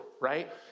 right